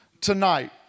tonight